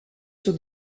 sur